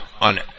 on